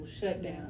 shutdown